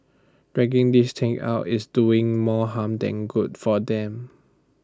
dragging this thing out is doing more harm than good for them